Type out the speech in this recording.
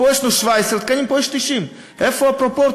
פה יש לנו 17 תקנים ופה יש 90. איפה הפרופורציה?